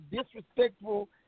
disrespectful